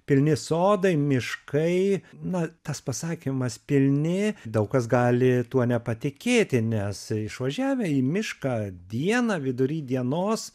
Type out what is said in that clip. pilni sodai miškai na tas pasakymas pilni daug kas gali tuo nepatikėti nes išvažiavę į mišką dieną vidury dienos